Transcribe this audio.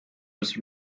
was